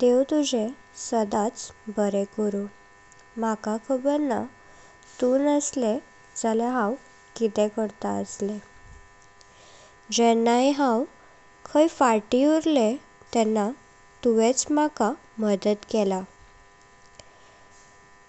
देव तुजे सदाच बरे करू। म्हाका खबर ना तु नसलें झाल्या हांव किदें करतां असलें जेंणाँ हांव खंय फाटी। उरलें तेण्णां तुवेच म्हाका मदत केलां